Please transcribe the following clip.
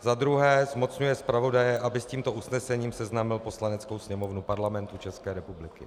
za druhé zmocňuje zpravodaje, aby s tímto usnesením seznámil Poslaneckou sněmovnu Parlamentu České republiky.